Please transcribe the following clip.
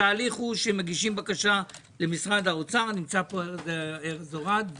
מגישים בקשה למשרד האוצר נמצא פה ארז אורעד.